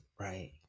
right